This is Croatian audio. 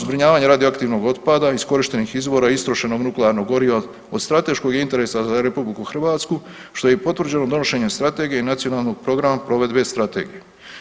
Zbrinjavanje radioaktivnog otpada iz iskorištenih izvora, istrošenog nuklearnog goriva od strateškog je interesa za Republiku Hrvatsku što je i potvrđeno donošenjem strategije i nacionalnog programa provedbe strategije.